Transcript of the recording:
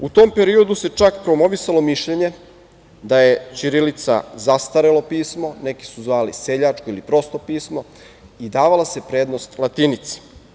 U tom periodu se čak promovisalo mišljenje da je ćirilica zastarelo pismo, neki su zvali seljačko ili prosto pismo, i davala se prednost latinici.